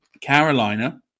Carolina